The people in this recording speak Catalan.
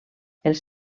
els